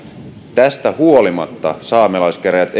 tästä huolimatta saamelaiskäräjät